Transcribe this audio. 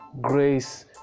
grace